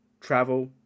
travel